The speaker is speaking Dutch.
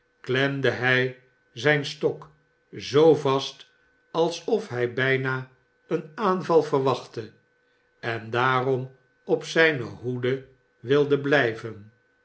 klemde hij zijn stok zoo vast alsof hij bijna een aanval verwachtte en daarom op zijne hoede wilde blijven